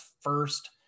first